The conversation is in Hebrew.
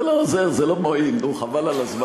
זה לא עוזר, זה לא מועיל, נו, חבל על הזמן.